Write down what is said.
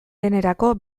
denerako